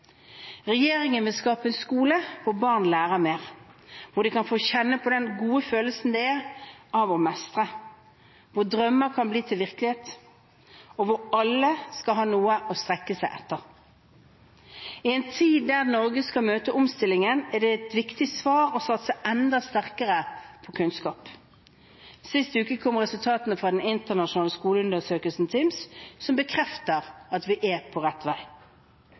Regjeringen vil skape en skole hvor barn lærer mer, hvor de kan få kjenne på den gode følelsen det er å mestre, hvor drømmer kan bli til virkelighet, og hvor alle skal ha noe å strekke seg etter. I en tid da Norge skal møte omstillingen, er det et viktig svar å satse enda sterkere på kunnskap. Sist uke kom resultatene fra den internasjonale skoleundersøkelsen TIMSS, som bekrefter at vi er på rett vei.